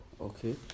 Okay